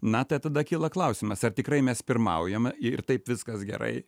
na tai tada kyla klausimas ar tikrai mes pirmaujame ir taip viskas gerai